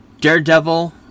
Daredevil